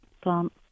plant